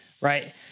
right